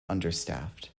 understaffed